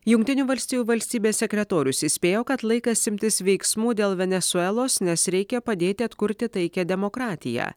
jungtinių valstijų valstybės sekretorius įspėjo kad laikas imtis veiksmų dėl venesuelos nes reikia padėti atkurti taiką demokratiją